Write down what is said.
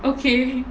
okay